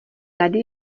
tady